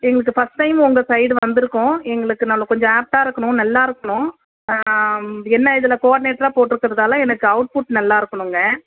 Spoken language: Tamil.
எங்களுக்கு ஃபர்ஸ்ட் டைம் உங்கள் சைடு வந்துருக்கோம் எங்களுக்கு நல்ல கொஞ்சம் ஆப்ட்டாக இருக்கணும் நல்லா இருக்கணும் என்ன இதில் க்வாடினேட்டராக போட்டுருக்குறதால எனக்கு அவுட்புட் நல்லா இருக்கணுங்க